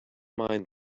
mind